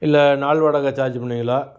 இல்லை நாள் வாடகை சார்ஜ் பண்ணுவீங்களா